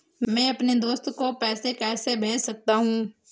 मैं अपने दोस्त को पैसे कैसे भेज सकता हूँ?